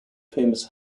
famous